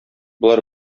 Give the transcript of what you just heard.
болар